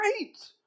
great